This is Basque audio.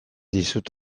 dizut